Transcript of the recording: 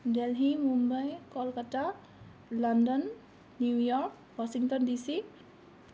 Delhi Mumbai Kolkata London New York Washington D C